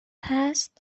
هست